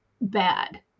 bad